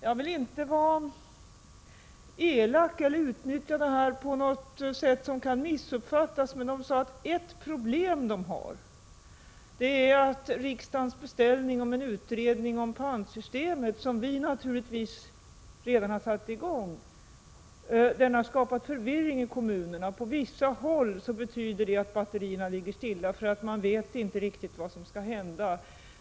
Jag vill inte vara elak eller utnyttja detta på något sätt som kan missuppfattas, men man 49 sade att ett problem som man har är att riksdagens beställning av en utredning om pantsystemet, en utredning som vi naturligtvis redan satt i gång, har skapat förvirring i kommunerna. På vissa håll betyder det att batterierna får ligga, eftersom man inte riktigt vet vad som skall hända.